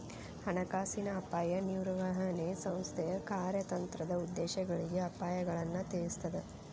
ಹಣಕಾಸಿನ ಅಪಾಯ ನಿರ್ವಹಣೆ ಸಂಸ್ಥೆಯ ಕಾರ್ಯತಂತ್ರದ ಉದ್ದೇಶಗಳಿಗೆ ಅಪಾಯಗಳನ್ನ ತಿಳಿಸ್ತದ